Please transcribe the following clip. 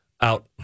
out